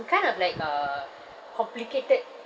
it kind of like uh complicated